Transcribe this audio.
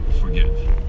forgive